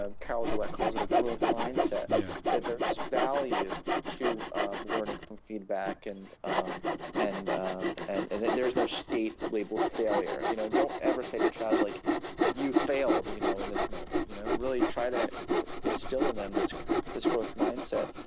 ah carol dweck calls it a growth mindset yeah that there is value to learning from feedback and um and um and and there is no state labeled failure, you know don't ever say to your child like you failed, you know in this moment. you know really try to instill in them this this growth mindset.